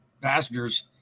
passengers